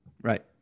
Right